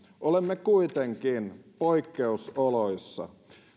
olemme kuitenkin poikkeusoloissa